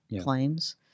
claims